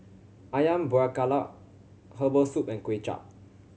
Ayam Buah Keluak herbal soup and Kuay Chap